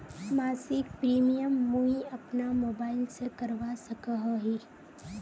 मासिक प्रीमियम मुई अपना मोबाईल से करवा सकोहो ही?